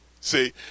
See